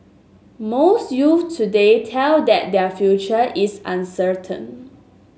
most youths today tell that their future is uncertain